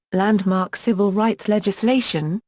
landmark civil rights legislation,